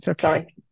sorry